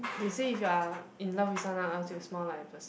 they say if you are in love with someone else you smile like the person